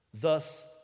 Thus